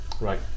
right